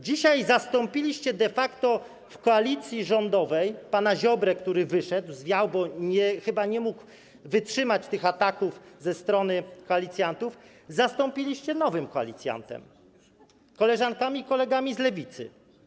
Dzisiaj zastąpiliście de facto w koalicji rządowej pana Ziobrę, który wyszedł, zwiał, bo chyba nie mógł wytrzymać tych ataków ze strony koalicjantów, nowym koalicjantem - koleżankami i kolegami z Lewicy.